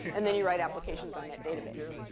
and then you write applications on that database.